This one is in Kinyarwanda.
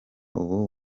ubu